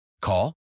Call